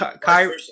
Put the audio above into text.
Kyrie